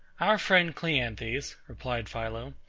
our friend cleanthes, replied philo,